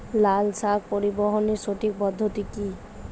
লালশাক পরিবহনের সঠিক পদ্ধতি কি?